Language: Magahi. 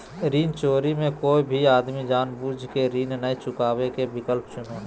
ऋण चोरी मे कोय भी आदमी जानबूझ केऋण नय चुकावे के विकल्प चुनो हय